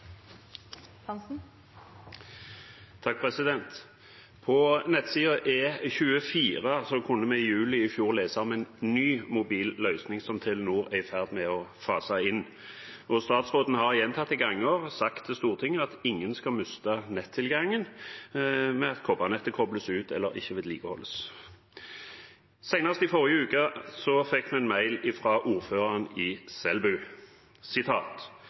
blir replikkordskifte. På nettsiden E24 kunne vi i juli i fjor lese om en ny mobil løsning som Telenor er i ferd med å fase inn. Statsråden har gjentatte ganger sagt til Stortinget at ingen skal miste nettilgangen ved at kobbernettet kobles ut eller ikke vedlikeholdes. Senest i forrige uke fikk vi en mail fra ordføreren i Selbu: